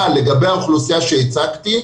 אבל לגבי האוכלוסייה שהצגתי,